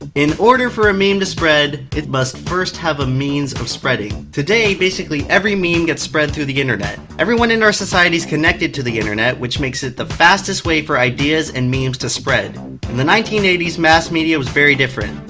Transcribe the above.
in order for a meme to spread, it must first have a means of spreading. today, basically every meme gets spread through the internet. everyone in our society is connected to the internet, which makes it the fastest way for ideas and memes to spread. in the nineteen eighty s, mass media was very different.